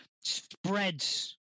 spreads